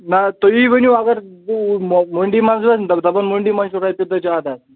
نہ تُہی ؤنِو اگر ہُہ منٛڈ مٔنٛڈی منٛز ٲس دَ دَپان مٔنڈی منٛز چھِ رۄپیہِ دَہ زیادٕ حظ